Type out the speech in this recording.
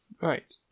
Right